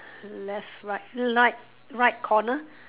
left right light right corner